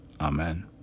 Amen